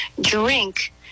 drink